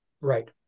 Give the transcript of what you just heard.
Right